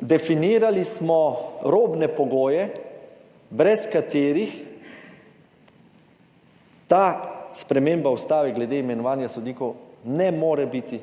definirali smo robne pogoje, brez katerih ta sprememba ustave glede imenovanja sodnikov ne more biti